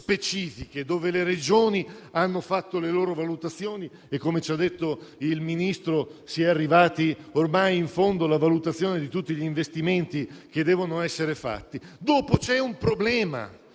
quali le Regioni hanno fatto le loro valutazioni e, come ci ha detto il Ministro, si è arrivati ormai in fondo alla valutazione di tutti gli investimenti che devono essere fatti - dopo sarà